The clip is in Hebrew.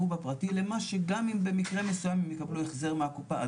בפרטי למה שגם אם במקרה מסוים הם יקבלו החזר מהקופה,